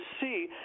see